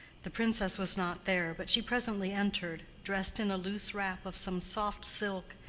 the princess was not there, but she presently entered, dressed in a loose wrap of some soft silk,